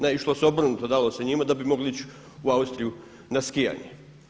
Ne, išlo se obrnuto, dalo se njima da bi mogli ići u Austriju na skijanje.